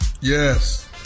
Yes